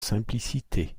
simplicité